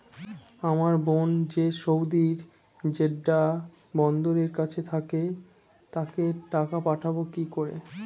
আমার বোন যে সৌদির জেড্ডা বন্দরের কাছে থাকে তাকে টাকা পাঠাবো কি করে?